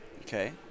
okay